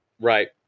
Right